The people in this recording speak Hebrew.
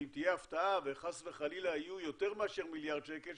אם תהיה הפתעה וחס וחלילה יהיו יותר מאשר מיליארד שקל,